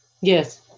Yes